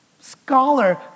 scholar